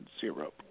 zero